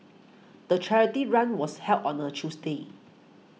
the charity run was held on a Tuesday